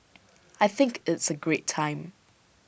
I think it's A great time